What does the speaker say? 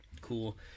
Cool